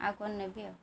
ଆଉ କ'ଣ ନେବି ଆଉ